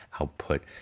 output